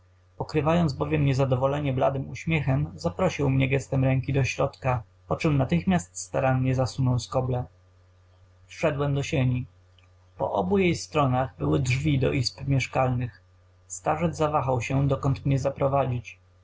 pokrywając bowiem niezadowolenie bladym uśmiechem zaprosił mnie gestem ręki do środka poczem natychmiast starannie zasunął skoble wszedłem do sieni po obu jej stronach były drzwi do izb mieszkalnych starzec zawahał się dokąd mnie zaprowadzić